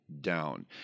down